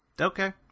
Okay